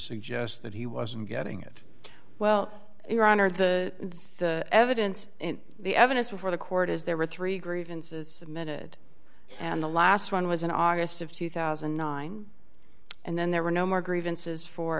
suggest that he wasn't getting it well your honor the evidence the evidence before the court is there were three grievances submitted and the last one was in august of two thousand and nine and then there were no more grievances for